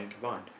combined